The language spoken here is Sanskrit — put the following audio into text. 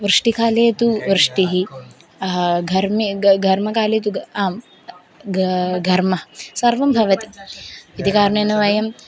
वृष्टिकाले तु वृष्टिः घर्मे ग घर्मकाले तु आम् घ घर्मः सर्वं भवति इति कारणेन वयं